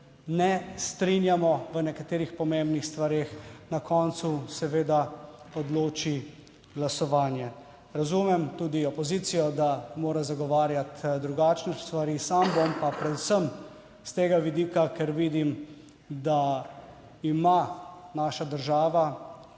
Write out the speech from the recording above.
ne strinjamo v nekaterih pomembnih stvareh, na koncu seveda odloči glasovanje. Razumem tudi opozicijo, da mora zagovarjati drugačne stvari, sam bom pa predvsem s tega vidika, ker vidim, da ima naša država